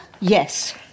yes